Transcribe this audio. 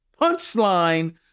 Punchline